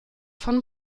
von